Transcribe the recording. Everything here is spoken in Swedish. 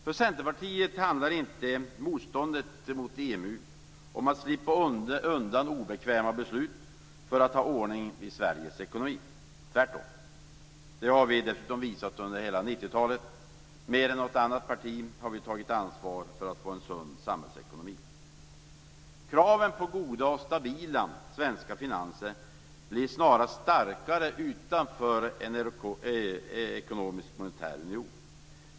För Centerpartiet handlar inte motståndet mot EMU om att slippa undan obekväma beslut för att ha ordning i Sveriges ekonomi - tvärtom. Det har vi dessutom visat under hela 90-talet. Mer än något annat parti har vi tagit ansvar för att få en sund samhällsekonomi. Kraven på goda och stabila svenska finanser blir snarast starkare utanför en ekonomisk monetär union.